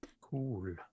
Cool